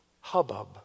hubbub